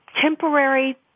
temporary